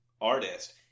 Artist